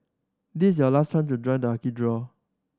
this is your last chance to join the lucky draw